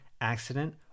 accident